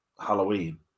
Halloween